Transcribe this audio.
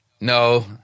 No